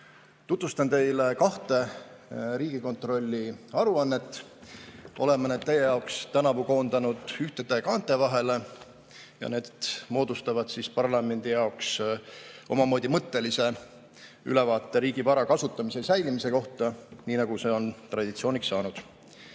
Tutvustan teile Riigikontrolli kahte aruannet. Oleme need teie jaoks tänavu koondanud ühtede kaante vahele ja need moodustavad parlamendi jaoks omamoodi mõttelise ülevaate riigi vara kasutamise ja säilimise kohta, nii nagu see on traditsiooniks saanud. Esimene